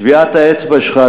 טביעת האצבע שלך,